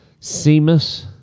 Seamus